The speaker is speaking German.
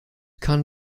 kann